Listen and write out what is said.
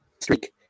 streak